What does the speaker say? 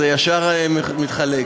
זה ישר מתחלף.